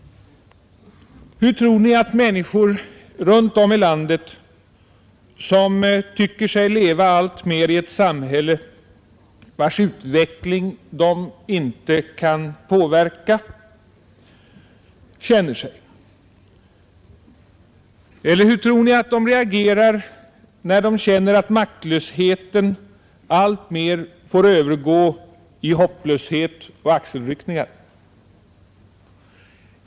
Hur tror ni att människor runt om i landet, som tycker sig leva alltmer i ett samhälle vars utveckling de inte kan påverka, känner sig? Eller hur tror ni att de reagerar när de känner att maktlösheten alltmer får övergå i hopplöshet och axelryckningar?